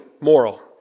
moral